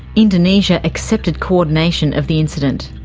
indonesia accepted coordination of the incident.